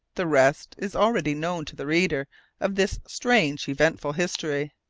the rest is already known to the reader of this strange eventful history.